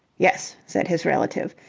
yes, said his relative,